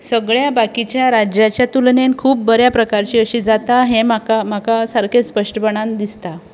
सगळ्या बाकिच्या राज्याच्या तुलनेंत खूब बऱ्या प्रकारची अशें जाता हें म्हाका म्हाका सारकें स्पश्टपणान दिसता